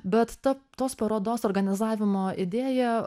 bet ta tos parodos organizavimo idėja